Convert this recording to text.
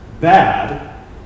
bad